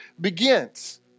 begins